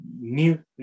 new